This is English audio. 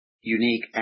unique